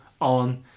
on